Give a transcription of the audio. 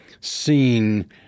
seen